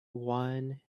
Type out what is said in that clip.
one